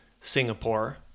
Singapore